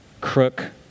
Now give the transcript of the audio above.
crook